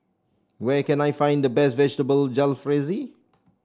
where can I find the best Vegetable Jalfrezi